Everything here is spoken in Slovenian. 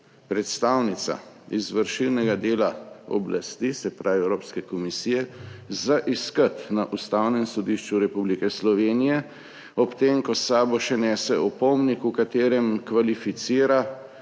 predstavnica izvršilnega dela oblasti, se pravi Evropske komisije za iskati na Ustavnem sodišču Republike Slovenije ob tem, ko s sabo še nese opomnik v katerem kvalificira